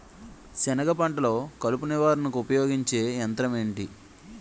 సెనగ పంటలో కలుపు నివారణకు ఉపయోగించే యంత్రం ఏంటి?